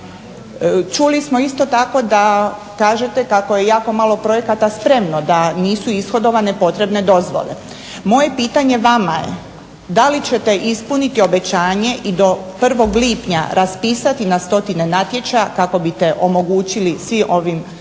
čuli smo isto tako da kažete kako je jako malo projekata spremno da nisu ishodovane potrebne dozvole. Moje pitanje vama da li ćete ispuniti obećanje i do 1.lipnja raspisati na stotine natječaja kako biste omogućili svim ovim